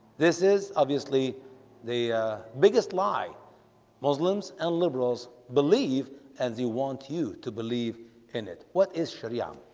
this is obviously the biggest lie muslims and liberals believe and you want you to believe in it. what is sharia?